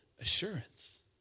Assurance